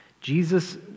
Jesus